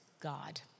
God